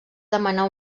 demanar